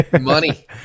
money